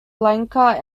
lanka